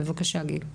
בבקשה, גיל.